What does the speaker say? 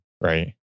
right